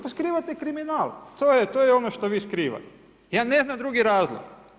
Pa skrivate kriminal, to je ono što vi skrivate, ja ne znam drugi razlog.